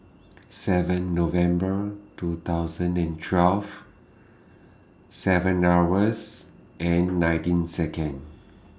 seven November two thousand and twelve seven hours and nineteen Second